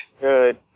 good